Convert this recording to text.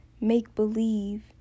make-believe